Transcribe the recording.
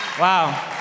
Wow